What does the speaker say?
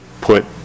put